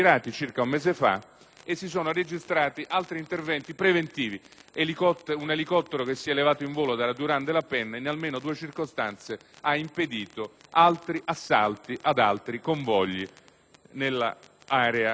e si sono registrati altri interventi preventivi: un elicottero che si è levato in volo dal «Durand de la Penne», in almeno due circostanze ha impedito altri assalti ad altri convogli nell'area marittima.